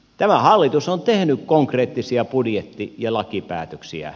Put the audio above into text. tämä hallitus on tehnyt konkreettisia budjetti ja lakipäätöksiä